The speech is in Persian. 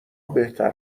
بهتر